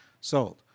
sold